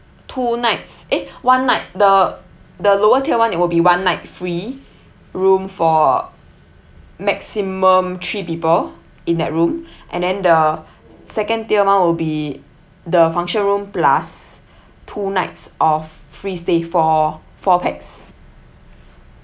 two nights eh one night the the lower tier one it will be one night free room for maximum three people in that room and then the second tier one will be the function room plus two nights of free stay for four pax